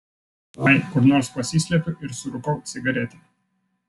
ai kur nors pasislepiu ir surūkau cigaretę